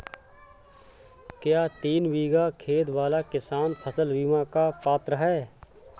क्या तीन बीघा खेत वाला किसान फसल बीमा का पात्र हैं?